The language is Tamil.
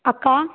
அக்கா